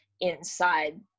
inside